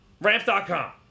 Ramps.com